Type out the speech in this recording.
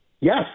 Yes